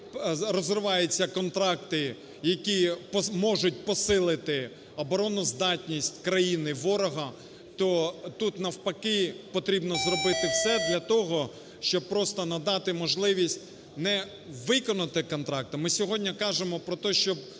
навпаки розриваються контракти, які можуть посилити обороноздатність країни ворога, то тут навпаки потрібно зробити все для того, щоб просто надати можливість не виконати контракт,